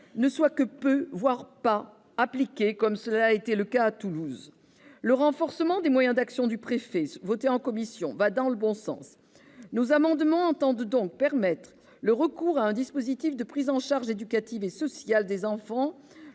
ne soient que peu, voire pas, appliqués, comme cela a été le cas à Toulouse. Le renforcement des moyens d'action du préfet, voté en commission, va ainsi dans le bon sens. Nos amendements visent donc à permettre le recours à un dispositif de prise en charge éducative et sociale des enfants